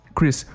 Chris